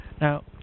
Now